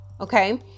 okay